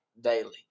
daily